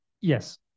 Yes